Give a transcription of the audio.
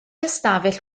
ystafell